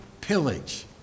pillage